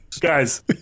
Guys